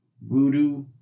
Voodoo